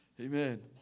Amen